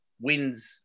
wins